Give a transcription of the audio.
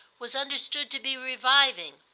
was understood to be reviving,